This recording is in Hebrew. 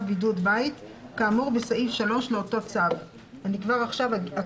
בידוד בית כאמור בסעיף 3 לאותו צו," אני אקדים